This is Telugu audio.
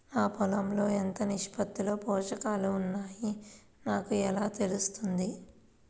నా పొలం లో ఎంత నిష్పత్తిలో పోషకాలు వున్నాయో నాకు ఎలా తెలుస్తుంది?